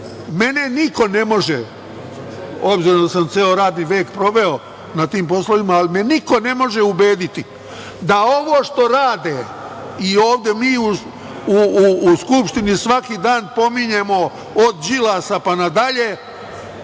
niko ne može, obzirom da sam ceo radni vek proveo na tim poslovima, ali me niko ne može ubediti da ovo što rade i ovde mi u Skupštini svaki dan pominjemo od Đilasa pa nadalje,